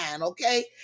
okay